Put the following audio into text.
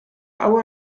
hour